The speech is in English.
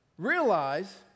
Realize